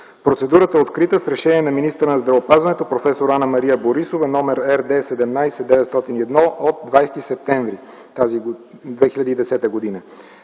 Процедурата е открита с решение на министъра на здравеопазването проф. Анна-Мария Борисова № РД 17-901 от 20 септември 2010 г.